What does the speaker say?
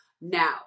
Now